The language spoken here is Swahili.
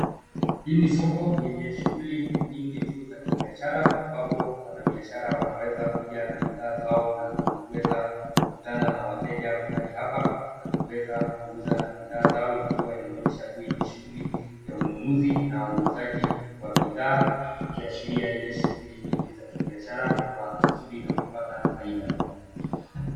Hii ni soko yenye shughuli nyingi tu za kibiashara ambapo wanabiashara wanaweza kuja na bidhaa zao na kuweza kukutana na wateja mahali hapa na kuweza kuuza bidhaa zao ikiwa inaonyesha tu hii ni shughuli ya ununuzi na uuzaji wa bidhaa ikiashiria ile shughli nyingi za kibiashara kwa kusudi na kupata faida.